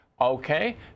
okay